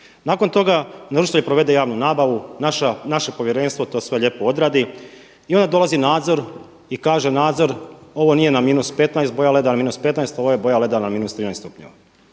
Nakon toga naručitelj provede javnu nabavu, naše povjerenstvo to sve lijepo odradi i onda dolazi nadzor i kaže nadzor ovo nije na -15 boja leda, ovo je boja leda na -13 stupnjeva.